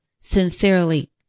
sincerely